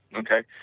okay?